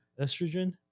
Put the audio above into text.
Estrogen